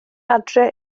adre